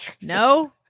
no